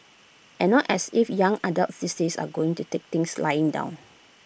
and not as if young adults these days are going to take things lying down